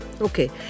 okay